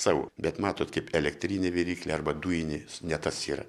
savo bet matot kaip elektrinė viryklė arba dujinė ne tas yra